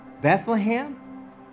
Bethlehem